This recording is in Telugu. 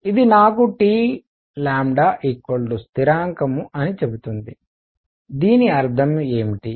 ఇది నాకు Tస్థిరాంకం అని చెబుతుంది దీని అర్థం ఏమిటి